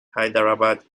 hyderabad